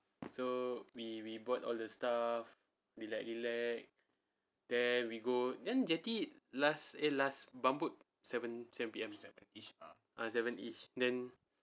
so we we bought all the stuff rilek-rilek then we go then jetty last eh last bumboat seven seven P_M ah seven-ish then